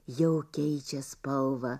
jau keičia spalvą